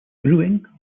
brewing